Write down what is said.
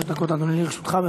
שלוש דקות, אדוני, לרשותך.